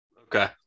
okay